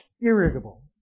Irritable